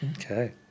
Okay